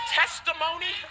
testimony